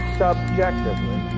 subjectively